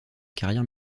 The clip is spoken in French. carrière